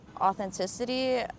Authenticity